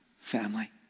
family